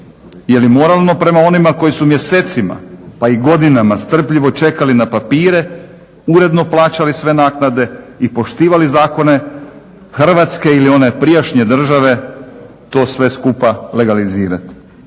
Jeli moralno prema onima koji su mjesecima pa i godinama strpljivo čekali na papire, uredno plaćali sve naknade i poštivali zakone Hrvatske ili one prijašnje države to sve skupa legalizirati?